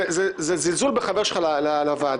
זה זלזול בחבר שלך לוועדה.